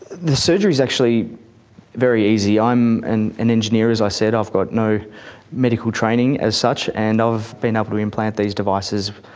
the surgery is actually very easy. i'm an an engineer, as i said, i've got no medical training as such, and i've been able to implant these devices,